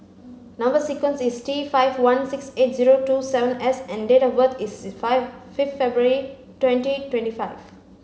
number sequence is T five one six eight zero two seven S and date of birth is fifth February twenty twenty five